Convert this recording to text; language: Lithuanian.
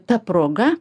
ta proga